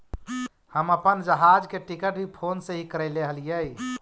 हम अपन जहाज के टिकट भी फोन से ही करैले हलीअइ